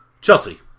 Chelsea